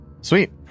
Sweet